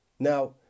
Now